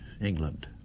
England